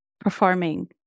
performing